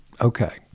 Okay